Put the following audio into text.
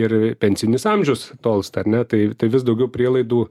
ir pensinis amžius tolsta tai tai vis daugiau prielaidų